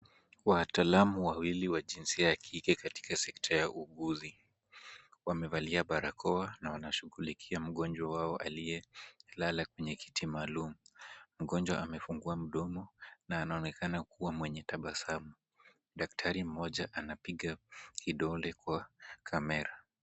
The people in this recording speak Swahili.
Wataalamu wawili wa jinsia ya kike katika sekta ya uuguzi wamebarakoa na wanashughulikia mwanjo wao aliye lala kwenye kiti maalum. Mgonjwa amefungua mdomo na anaonekana kuwa mwenye tabasamu. Daktari mmoja anapiga kidole kwa camera .